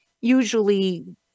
usually